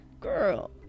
Girl